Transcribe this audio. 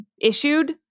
issued